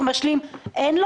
הוא מקבל אבל לא תמיד.